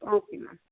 okay ma'am